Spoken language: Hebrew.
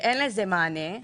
ואין לזה מענה.